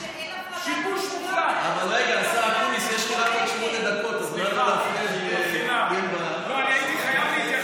אני אגיד לך מה אני יודעת: אני יודעת שאין